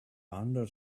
hundred